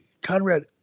Conrad